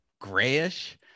grayish